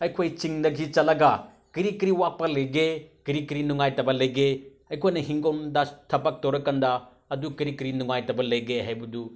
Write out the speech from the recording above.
ꯑꯩꯈꯣꯏ ꯆꯤꯡꯗꯒꯤ ꯆꯠꯂꯒ ꯀꯔꯤ ꯀꯔꯤ ꯋꯥꯠꯄ ꯂꯩꯒꯦ ꯀꯔꯤ ꯀꯔꯤ ꯅꯨꯡꯉꯥꯏꯇꯕ ꯂꯩꯒꯦ ꯑꯩꯈꯣꯏꯅ ꯏꯪꯈꯣꯜꯗ ꯊꯕꯛ ꯇꯧꯔꯀꯥꯟꯗ ꯑꯗꯨ ꯀꯔꯤ ꯀꯔꯤ ꯅꯨꯡꯉꯥꯏꯇꯕ ꯂꯩꯒꯦ ꯍꯥꯏꯕꯗꯨ